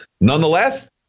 Nonetheless